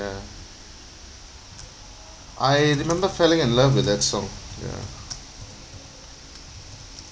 I remember felling in love with that song ya